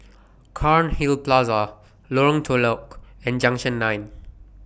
Cairnhill Plaza Lorong Telok and Junction nine